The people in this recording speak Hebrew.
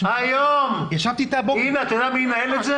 אתה יודע מי ינהל את זה?